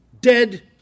Dead